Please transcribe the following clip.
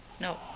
No